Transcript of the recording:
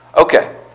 Okay